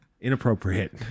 Inappropriate